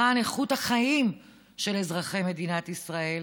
למען איכות החיים של אזרחי מדינת ישראל,